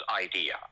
idea